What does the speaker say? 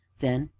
then,